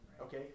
Okay